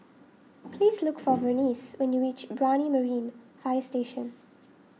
please look for Vernice when you reach Brani Marine Fire Station